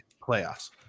playoffs